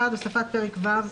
1. הוספת פרק ו'.